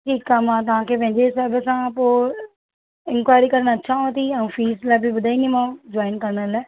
ठीकु आहे मां तव्हां खे पंहिंजे हिसाब सां पोइ इंक्वायरी करणु अचांव थी ऐं फीस लाइ बि ॿुधाईंदीमांव जॉइन करण लाइ